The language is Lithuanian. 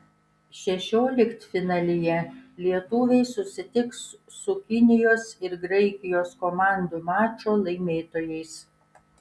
šešioliktfinalyje lietuviai susitiks su kinijos ir graikijos komandų mačo laimėtojais